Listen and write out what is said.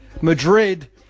Madrid